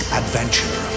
adventure